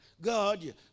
God